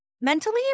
Mentally